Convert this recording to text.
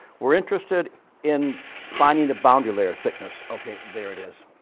we're interested in finding the bombulator thickness. okay, there it is.